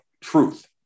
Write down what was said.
truth